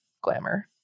glamour